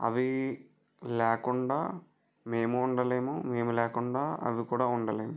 అవి లేకుండా మేము ఉండలేము మేము లేకుండా అవి కూడా ఉండలేవు